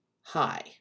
hi